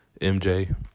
MJ